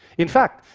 in fact,